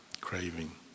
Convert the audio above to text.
craving